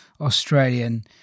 Australian